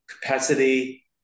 capacity